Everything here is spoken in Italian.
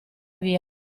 via